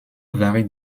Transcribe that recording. varie